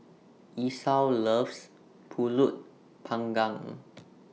Esau loves Pulut Panggang